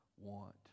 want